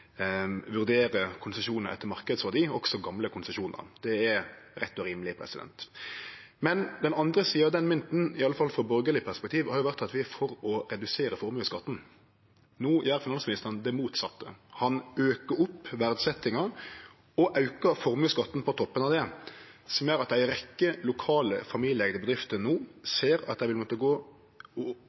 vurdere konsesjonar etter marknadsverdi, også gamle konsesjonar. Det er rett og rimeleg. Men den andre sida av den mynten, iallfall sett frå borgarleg perspektiv, har vore at vi er for å redusere formuesskatten. No gjer finansministeren det motsette. Han aukar verdisetjinga og